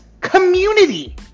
Community